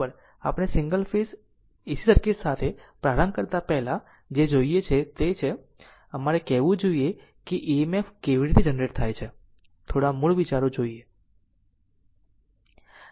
તેથી આપણે એક સિંગલ ફેઝ AC સર્કિટ સાથે પ્રારંભ કરતા પહેલા જે જોઈએ છે તે છે અમારે કહેવું જોઈએ કે EMF કેવી રીતે જનરેટ થાય છે થોડા મૂળ વિચારો જોઈએ